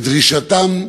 ודרישתם,